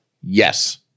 Yes